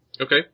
Okay